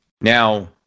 Now